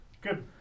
good